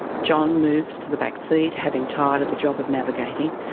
john moves to the back seat, having tired of the job of navigating.